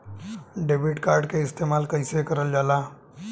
Debit card के इस्तेमाल कइसे करल जाला?